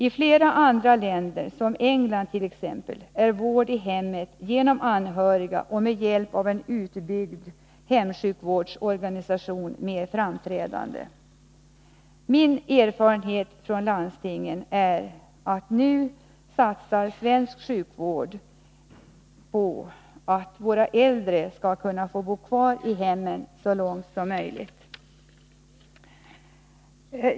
I flera andra länder, t.ex. England, är vård i hemmet genom anhöriga och med hjälp av en utbyggd hemsjukvårdsorganisation mer framträdande. Min erfarenhet från landstingen är att svensk sjukvård nu satsar på att våra äldre skall kunna få bo kvar i hemmen så länge som möjligt.